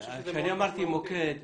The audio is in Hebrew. כשאני אמרתי מוקד,